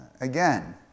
again